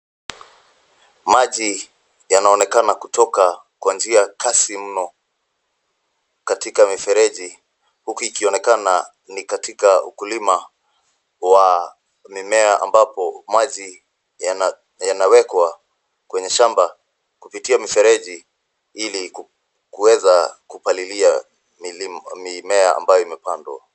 Maji yanaonekana kutoka kwa njia ya kasi mno, katika mifereji huku ikionekana ni katika ukulima wa mimea ambapo maji yana yanawekwa kwenye shamba kupitia mifereji ili kuweza kupalilia mimea ambayo imepandwa.